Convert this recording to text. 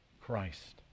Christ